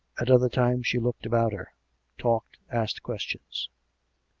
at other times she looked about her talked asked questions.